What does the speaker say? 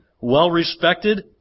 well-respected